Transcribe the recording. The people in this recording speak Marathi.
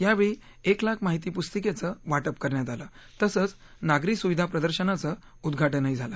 यावेळी एक लाख महिती पुस्तिकेचं वाटप करण्यात आलं तसंच नागरी सुविधा प्रदर्शनाचं उद्घाटनही झालं